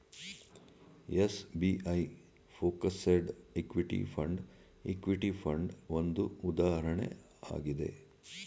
SBI focused equity fund, equity fund ಒಂದು ಉದಾಹರಣೆ ಆಗಿದೆ